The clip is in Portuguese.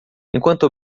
enquanto